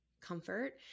comfort